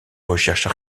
recherches